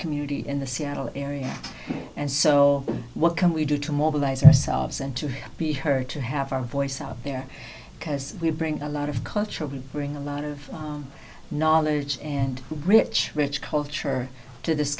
community in the seattle area and so what can we do to mobilize ourselves and to be heard to have our voice out there because we bring a lot of cultural bring a lot of knowledge and rich rich culture to this